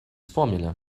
formula